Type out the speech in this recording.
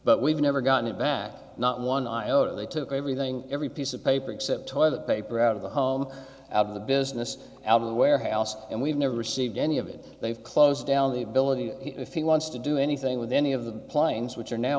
but we've never gotten it back not one iota they took everything every piece of paper except toilet paper out of the home out of the business out of the warehouse and we've never received any of it they've closed down the ability if he wants to do anything with any of the planes which are now